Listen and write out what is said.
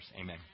Amen